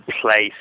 place